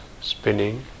spinning